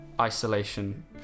isolation